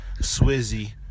swizzy